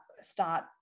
start